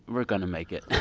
we're going to make it.